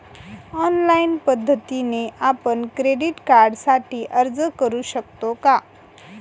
Online पद्धतीने आपण credit कार्डसाठी अर्ज करु शकतो का?